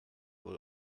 wohl